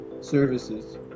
services